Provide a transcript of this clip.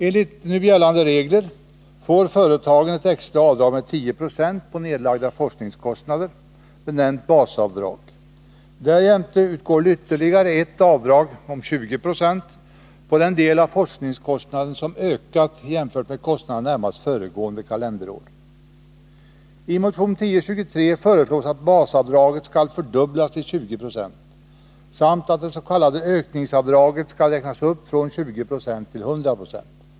Enligt nu gällande regler får företagen ett extra avdrag med 10 96 på nedlagda forskningskostnader, benämnt basavdrag. Därjämte utgår ytterligare ett avdrag om 20 96 på den del som forskningskostnaderna har ökat jämfört med kostnaderna närmast föregående kalenderår. I motion 1023 föreslås att basavdraget skall fördubblas till 20 26 samt att dets.k. ökningsavdraget skall räknas upp från 20 9o till 100 96.